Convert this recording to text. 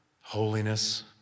holiness